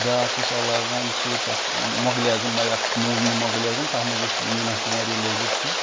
بیٛاکھ اوس لاگان سُہ تَتھ مۄغلہِ اعظم آیہِ اَکھ موٗوی مۄغلہِ اعظم تَتھ منٛز اوس میٖنا کُماری لٲگِتھ سُہ